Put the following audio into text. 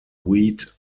wheat